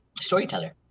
storyteller